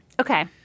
Okay